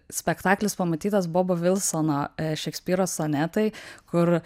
spektaklis pamatytas bobo vilsono šekspyro sonetai kur